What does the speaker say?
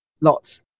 Lots